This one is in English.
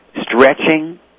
stretching